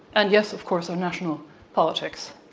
and yes, of course, our national politics.